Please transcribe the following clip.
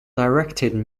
directed